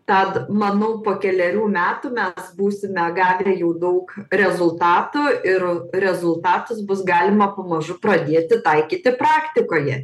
tad manau po kelerių metų mes būsime gavę jau daug rezultatų ir rezultatus bus galima pamažu pradėti taikyti praktikoje